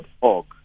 org